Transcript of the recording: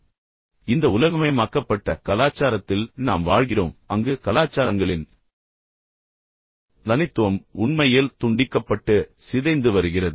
எனவே இந்த உலகமயமாக்கப்பட்ட கலாச்சாரத்தில் நாம் வாழ்கிறோம் அங்கு கலாச்சாரங்களின் தனித்துவம் உண்மையில் துண்டிக்கப்பட்டு சிதைந்து வருகிறது